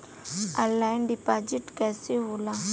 Online deposit कैसे होला?